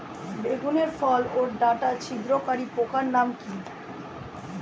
বেগুনের ফল ওর ডাটা ছিদ্রকারী পোকার নাম কি?